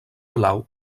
blau